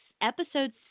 episode